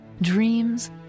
dreams